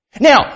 Now